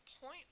point